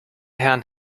herrn